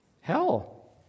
hell